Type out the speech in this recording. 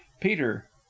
Peter